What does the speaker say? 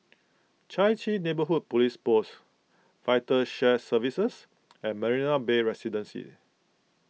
Chai Chee Neighbourhood Police Post Vital Shared Services and Marina Bay Residences